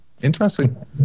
Interesting